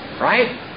right